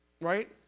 Right